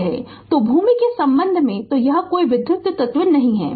तो भूमि के संबंध में तो यह कोई विद्युत तत्व नहीं है